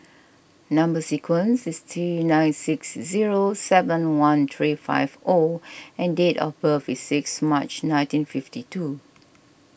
Number Sequence is T nine six zero seven one three five O and date of birth is sixt March nineteen fifty two